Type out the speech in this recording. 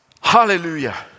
Hallelujah